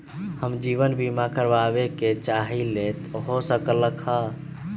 हम जीवन बीमा कारवाबे के चाहईले, हो सकलक ह?